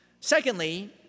Secondly